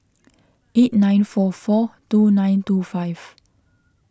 eight nine four four two nine two five